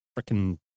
freaking